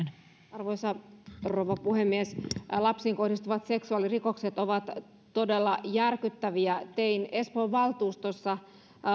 arvoisa rouva puhemies lapsiin kohdistuvat seksuaalirikokset ovat todella järkyttäviä tein espoon valtuustossa